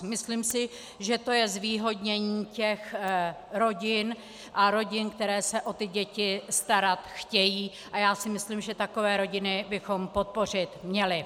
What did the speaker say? Myslím si, že to je zvýhodnění rodin, které se o děti starat chtějí, a já si myslím, že takové rodiny bychom podpořit měli.